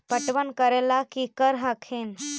पटबन करे ला की कर हखिन?